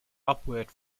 upward